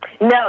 No